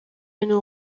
nous